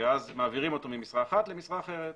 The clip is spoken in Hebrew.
ואז מעבירים אותו ממשרה אחת למשרה אחרת.